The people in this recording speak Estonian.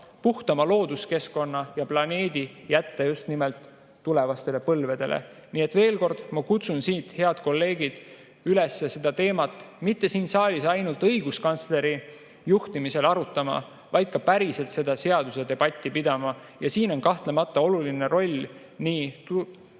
puhtama looduskeskkonna ja planeedi jätta just nimelt tulevastele põlvedele. Nii et veel kord: ma kutsun, head kolleegid, üles seda teemat mitte siin saalis ainult õiguskantsleri juhtimisel arutama, vaid ka päriselt seadusedebatti pidama. Siin on kahtlemata oluline roll nii